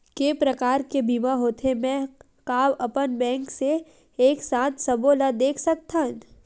के प्रकार के बीमा होथे मै का अपन बैंक से एक साथ सबो ला देख सकथन?